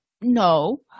No